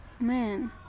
man